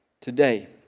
Today